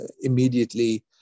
immediately